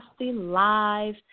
live